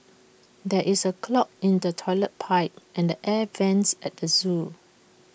there is A clog in the Toilet Pipe and the air Vents at the Zoo